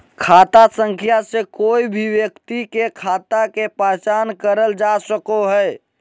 खाता संख्या से कोय भी व्यक्ति के खाता के पहचान करल जा सको हय